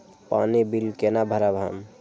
पानी बील केना भरब हम?